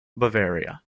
bavaria